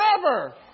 forever